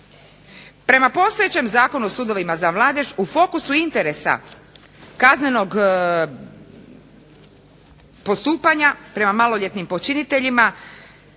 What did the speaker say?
Prema postojećem Zakonu o sudovima za mladež u fokusu interesa kaznenog postupanja prema maloljetnim počinitelja